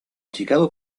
chicago